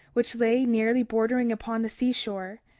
which lay nearly bordering upon the seashore,